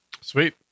Sweet